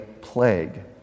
plague